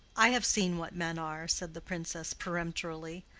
i have seen what men are, said the princess, peremptorily.